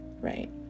right